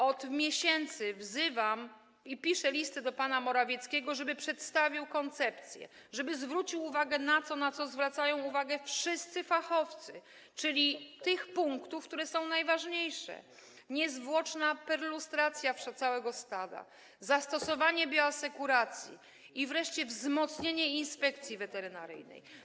Od miesięcy wzywam i piszę listy do pana Morawieckiego, żeby przedstawił koncepcję, żeby zwrócił uwagę na to, na co zwracają uwagę wszyscy fachowcy, czyli te punkty, które są najważniejsze: niezwłoczna perlustracja całego stada, zastosowanie bioasekuracji i wreszcie wzmocnienie Inspekcji Weterynaryjnej.